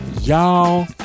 y'all